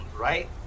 right